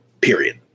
period